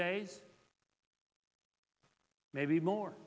days maybe more